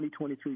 2023